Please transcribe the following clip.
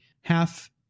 half